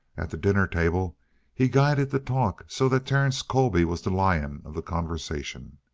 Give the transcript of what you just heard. at the dinner table he guided the talk so that terence colby was the lion of the conversation.